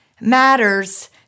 matters